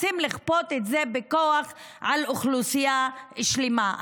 רוצים לכפות את זה בכוח על אוכלוסייה שלמה.